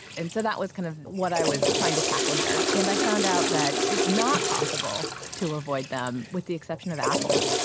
and so that was kind of what i was trying to tackle here. and i found out that it's not possible to avoid them with the exception of apple.